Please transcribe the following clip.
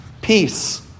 Peace